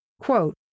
Quote